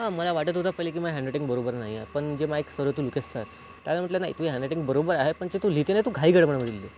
हं मला वाटत होतं पहिले की माझं हॅणरायटिंग बरोबर नाही आहे पण जेव्हा एक सर होते लुकेत सर त्यानं म्हटलं नाही तुझी हॅणरायटिंग बरोबर आहे पण जे तू लिहिते ना तू घाई गडबडमध्ये लिहिते